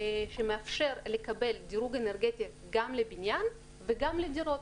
שמאפשר לקבל דירוג אנרגטי גם לבניין וגם לדירוג.